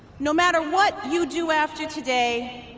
no matter what you do after today,